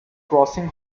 grossing